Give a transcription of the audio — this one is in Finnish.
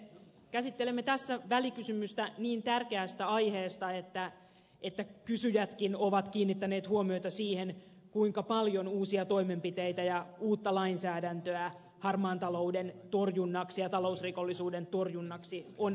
käsittelemme tässä välikysymystä niin tärkeästä aiheesta että kysyjätkin ovat kiinnittäneet huomiota siihen kuinka paljon uusia toimenpiteitä ja uutta lainsäädäntöä harmaan talouden torjunnaksi ja talousrikollisuuden torjunnaksi on annettu